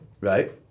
Right